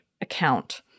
account